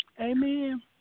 Amen